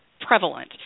prevalent